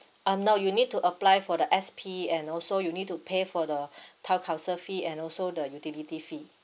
uh no you need to apply for the S_P and also you'll need to pay for the town council fee and also the utility fee